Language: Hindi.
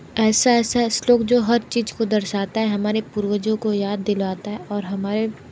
ऐसे ऐसे श्लोक जो हर चीज़ को दर्शाते है हमारे पूर्वजों को याद दिलवाता है और हमारे